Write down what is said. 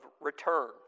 return